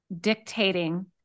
dictating